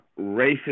racist